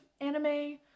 anime